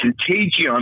contagion